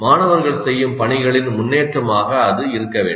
மாணவர்கள் செய்யும் பணிகளின் முன்னேற்றமாக அது இருக்க வேண்டும்